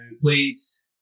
please